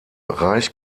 reich